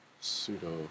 Pseudo